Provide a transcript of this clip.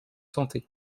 santé